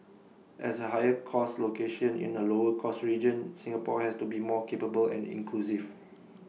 as A higher cost location in A lower cost region Singapore has to be more capable and inclusive